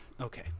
Okay